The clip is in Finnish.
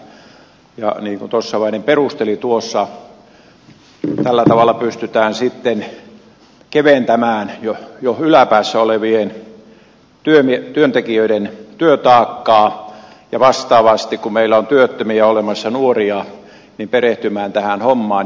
niin kuin tossavainen perusteli tällä tavalla pystytään sitten keventämään jo yläpäässä olevien työntekijöiden työtaakkaa ja vastaavasti kun meillä on työttömiä nuoria olemassa perehtymään tähän hommaan